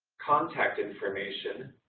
contact information,